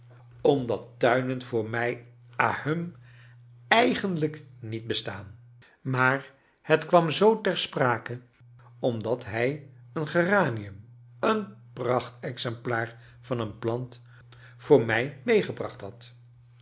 omdat tuinen voor mij ahem eigenlijk niet bestaan maar het kwam zoo ter sprake omdat hij een geranium een prachtexemplaar van een plant voor mij meegebracht had